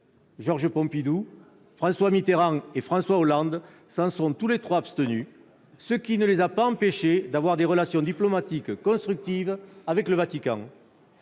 Georges Pompidou, François Mitterrand et François Hollande s'en sont tous les trois abstenus, ce qui ne les a pas empêchés d'avoir des relations diplomatiques constructives avec le Vatican.